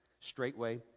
Straightway